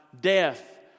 death